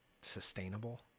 sustainable